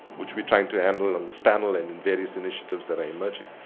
which we're trying to handle on this panel and and various initiatives that are emerging,